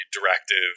directive